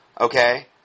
Okay